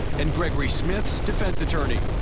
and gregory smith's defense attorney.